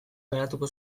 garatuko